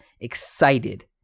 excited